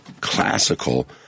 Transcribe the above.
classical